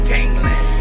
Gangland